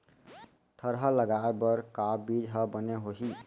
थरहा लगाए बर का बीज हा बने होही?